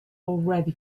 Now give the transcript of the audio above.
already